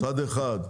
מצד אחד,